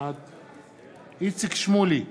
בעד איציק שמולי,